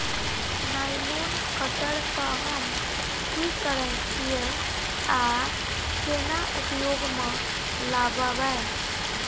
Nylon cutter सँ हम की करै छीयै आ केना उपयोग म लाबबै?